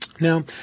Now